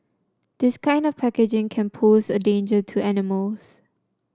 this kind of packaging can pose a danger to animals